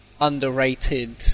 underrated